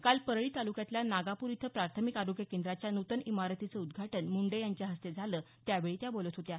काल परळी ताल्क्यातल्या नागापूर इथं प्राथमिक आरोग्य केंद्राच्या नूतन इमारतीचं उद्घाटन मुंडे यांच्या हस्ते झालं त्यावेळी त्या बोलत होत्या